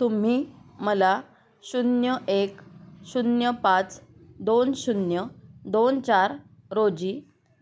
तुम्ही मला शून्य एक शून्य पाच दोन शून्य दोन चार रोजी